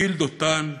גיל דותן,